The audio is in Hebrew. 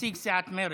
נציג סיעת מרצ.